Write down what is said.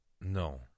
No